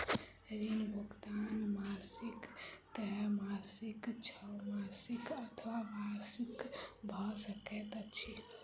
ऋण भुगतान मासिक त्रैमासिक, छौमासिक अथवा वार्षिक भ सकैत अछि